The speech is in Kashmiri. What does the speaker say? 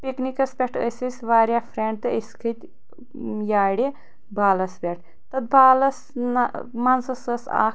پِکنِکَس پٮ۪ٹھ ٲسۍ أسۍ واریاہ فرٛینٛڈ تہٕ أسۍ کٕھتۍ یارِ بالَس پٮ۪ٹھ تَتھ بالَس منٛزَس ٲس اَکھ